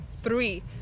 three